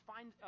Find